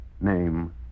Name